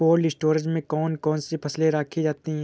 Cold storage में कौन कौन सी फसलें रखी जाती हैं?